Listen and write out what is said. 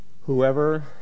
whoever